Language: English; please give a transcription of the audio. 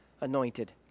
anointed